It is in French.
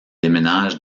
déménagent